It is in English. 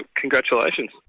congratulations